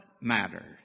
matter